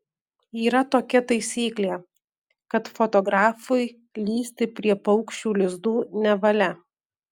yra tokia taisyklė kad fotografui lįsti prie paukščių lizdų nevalia